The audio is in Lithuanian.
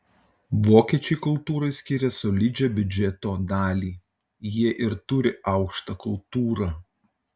vokiečiai kultūrai skiria solidžią biudžeto dalį jie ir turi aukštą kultūrą